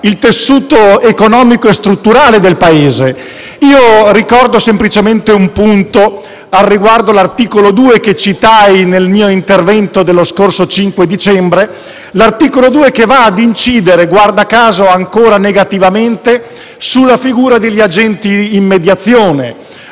il tessuto economico e strutturale del Paese. Ricordo semplicemente un punto al riguardo, e cioè l'articolo 2, che citai nel mio intervento dello scorso 5 dicembre. Ebbene, l'articolo 2 va ad incidere - guarda caso ancora negativamente - sulla figura degli agenti d'affari in mediazione;